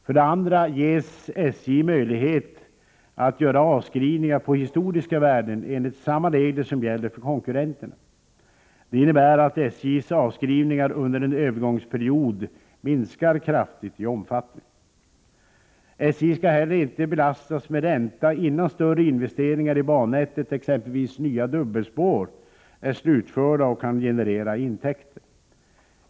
För det andra ges SJ möjlighet att göra avskrivningar på historiska värden enligt samma regler som gäller för konkurrenterna. Det innebär att SJ:s avskrivningar under en övergångsperiod minskar kraftigt i omfattning. SJ skall heller inte belastas med ränta innan större investeringar i bannätet, t.ex. nya dubbelspår, är slutförda och kan generera intäkter.